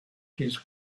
his